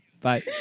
Bye